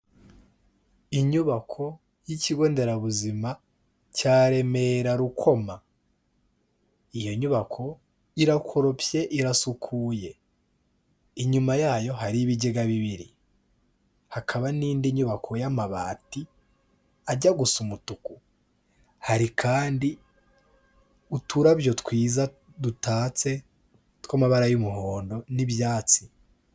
Inyubako y'ikigo nderabuzima cya Remera Rukoma, iyo nyubako irakoropye irasukuye, inyuma yayo hari ibigega bibiri, hakaba n'indi nyubako y'amabati ajya gusa umutuku, hari kandi uturabyo twiza dutatse tw'amabara y'umuhondo n'ibyatsi.